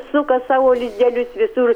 suka savo lizdelius visur